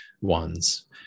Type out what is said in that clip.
ones